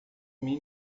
mim